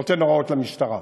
נותן הוראות למשטרה.